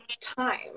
time